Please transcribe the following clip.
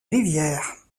rivière